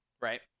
right